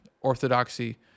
orthodoxy